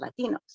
Latinos